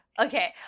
Okay